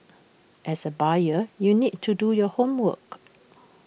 as A buyer you need to do your homework